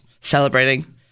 celebrating